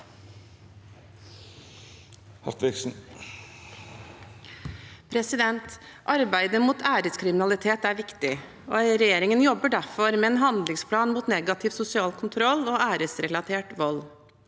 Arbeidet mot æreskriminalitet er viktig. Regjeringen jobber derfor med en handlingsplan mot negativ sosial kontroll og æresrelatert vold.